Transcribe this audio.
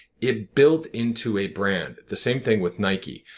it built into a brand. the same thing with nike.